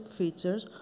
features